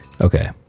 okay